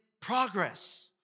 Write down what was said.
progress